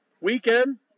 Weekend